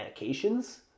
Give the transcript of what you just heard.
medications